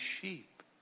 sheep